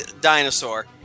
Dinosaur